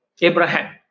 Abraham